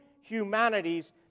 humanities